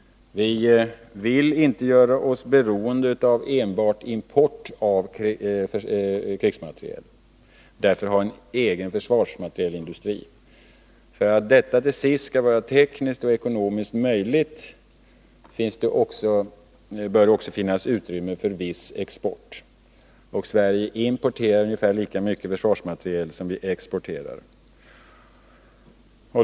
Vi vill inte göra oss beroende av enbart import av krigsmateriel. Vi har därför en egen försvarsmaterielindustri. För att detta till sist skall vara tekniskt och ekonomiskt möjligt bör det också finnas utrymme för en viss export, och Sverige importerar ungefär lika mycket försvarsmateriel som vi exporterar.